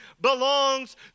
belongs